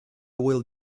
will